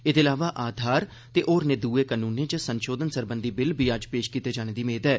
एह्दे इलावा आघार ते होरने दुए कनूनें च संशोघन सरबंघी बिल बी अज्ज पेश कीते जाने दी मेद ऐ